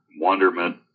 wonderment